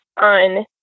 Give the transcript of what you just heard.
on